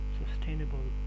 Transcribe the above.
sustainable